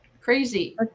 crazy